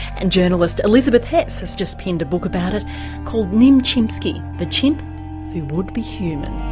and journalist elizabeth hess has just penned a book about it called nim chimpsky the chimp who would be human.